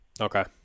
Okay